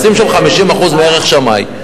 לשים שם 50% מערך שמאי,